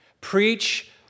Preach